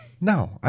No